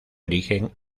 origen